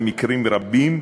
במקרים רבים,